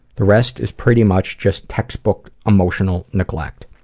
the rest is pretty much just textbook emotional neglect.